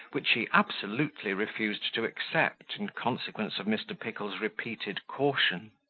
which he absolutely refused to accept, in consequence of mr. pickle's repeated caution.